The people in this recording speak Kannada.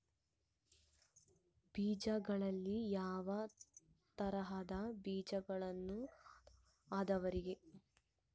ಬೇಜಗಳಲ್ಲಿ ಯಾವ ತರಹದ ಬೇಜಗಳು ಅದವರಿ?